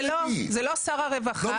זה לא שר הרווחה.